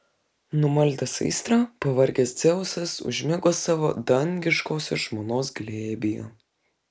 numaldęs aistrą pavargęs dzeusas užmigo savo dangiškosios žmonos glėbyje